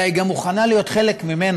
אלא היא גם מוכנה להיות חלק ממנו,